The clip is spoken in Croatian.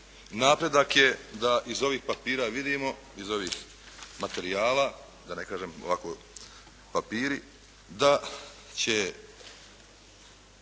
napredak je da iz ovih papira vidimo, iz ovih materijala, da ne kažem ovako papiri, da će